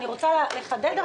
אני רוצה לחדד.